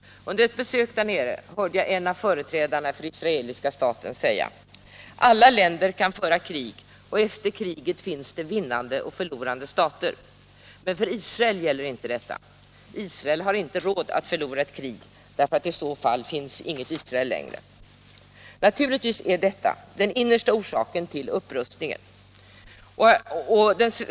Under ett besök där nere hörde jag en av företrädarna för israeliska staten säga: Alla länder kan föra krig och efter kriget finns det vinnande och förlorande stater. Men för Israel gäller inte detta. Israel har inte råd att förlora ett krig, därför att i så fall finns inget Israel längre. Naturligtvis är detta den innersta orsaken till upprustningen.